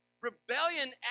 Rebellion